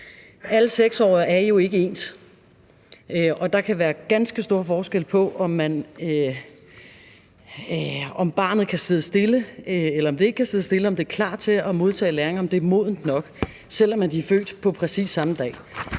Alle 6-årige er jo ikke ens, og der kan være ganske store forskelle på, om børn kan sidde stille, eller om de ikke kan sidde stille, om de er klar til at modtage læring, og om de er modne nok, selv om de er født på præcis samme dag.